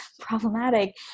problematic